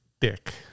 dick